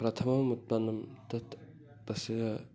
प्रथमम् उत्पन्नं तत् तस्य